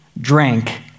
drank